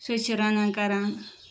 سُے چھِ رنان کَران